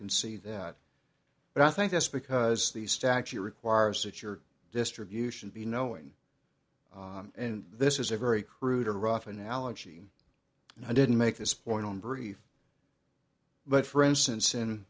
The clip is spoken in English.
can see that but i think that's because the statute requires that your distribution be knowing and this is a very crude a rough analogy and i didn't make this point on brief but for instance in